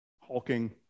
hulking